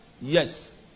yes